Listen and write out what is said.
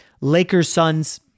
Lakers-Suns